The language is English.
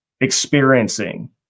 experiencing